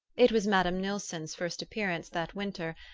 it was madame nilsson's first appearance that winter,